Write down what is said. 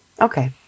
Okay